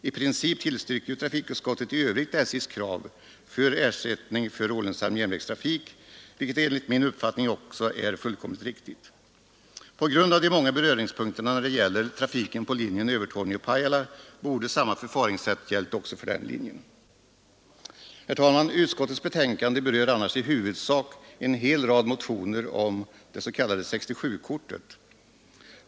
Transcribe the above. I princip tillstyrker trafikutskottet i övrigt SJ:s krav på ersättning för olönsam järnvägstrafik, vilket enligt min uppfattning också är fullkomligt riktigt. På grund av de många beröringspunkterna när det gäller trafiken på linjen Övertorneå—Pajala borde samma förfaringssätt ha gällt också för den linjen. Utskottets betänkande berör annars i huvudsak en hel rad motioner om det s.k. 67-kortet.